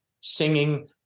singing